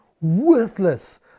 worthless